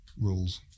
rules